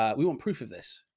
um we want proof of this,